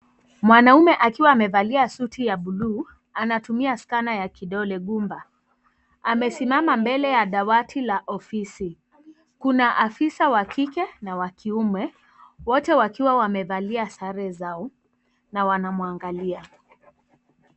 Mwanaume akiwa amevalia suti ya buluu anatumia scanner ya kidole ghumba amesimama mbele ya dawati la ofisi kuna afisa wa kike na wa kiume wote wakiwa wamevalia sare zao na wanamwangalia.